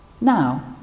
Now